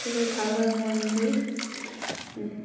সে গুলো ভালোভাবে মন দিয়ে